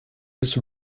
his